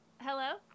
Hello